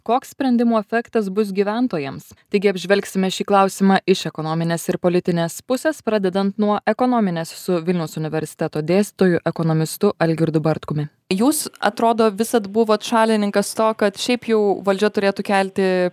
koks sprendimo efektas bus gyventojams taigi apžvelgsime šį klausimą iš ekonominės ir politinės pusės pradedant nuo ekonominės su vilniaus universiteto dėstytoju ekonomistu algirdu bartkumi jūs atrodo visad buvot šalininkas to kad šiaip jau valdžia turėtų kelti